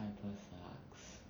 pineapple sucks